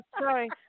Sorry